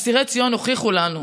אסירי ציון הוכיחו לנו: